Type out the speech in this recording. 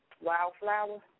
Wildflower